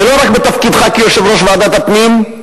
ולא רק בתפקידך כיושב-ראש ועדת הפנים,